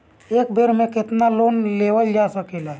एक बेर में केतना लोन लेवल जा सकेला?